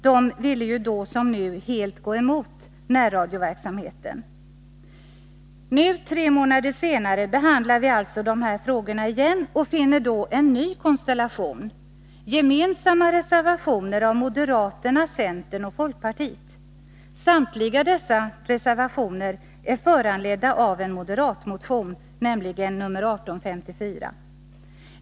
Vpk ville ju då, som nu, helt gå emot närradioverksamheten. Nu, tre månader senare, behandlar vi alltså dessa frågor igen, och vi finner en ny konstellation: gemensamma reservationer av moderaterna, centern och folkpartiet. Samtliga dessa reservationer är föranledda av en moderatmotion, nämligen nr 1854.